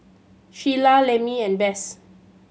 Sheila Lemmie and Bess